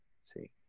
see